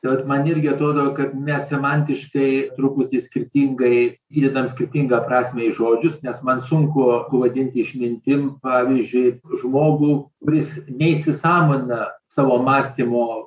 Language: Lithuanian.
tai vat man irgi atrodo kad mes semantiškai truputį skirtingai įdedam skirtingą prasmę į žodžius nes man sunku pavadinti išmintim pavyzdžiui žmogų kuris neįsisąmonina savo mąstymo